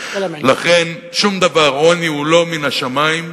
לכן שום דבר, עוני הוא לא מן השמים,